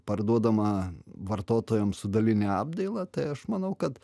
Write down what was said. parduodama vartotojams su daline apdaila tai aš manau kad